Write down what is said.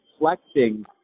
reflecting